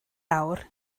awr